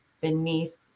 beneath